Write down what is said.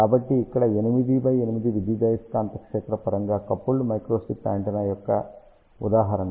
కాబట్టి ఇక్కడ 8 x 8 విద్యుదయస్కాంత క్షేత్ర పరంగా కపుల్డ్ మైక్రోస్ట్రిప్ యాంటెన్నా శ్రేణి యొక్క ఉదాహరణ